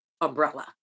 umbrella